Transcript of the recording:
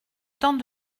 temps